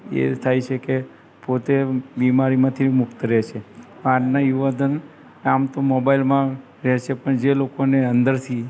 એ થાય છે કે પોતે બીમારીમાંથી મુક્ત રહેશે આજના યુવાધન આમ તો મોબાઇલમાં રહે છે પણ જે લોકોને અંદરથી